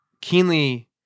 keenly